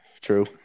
True